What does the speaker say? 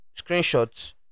screenshots